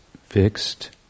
fixed